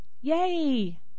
Yay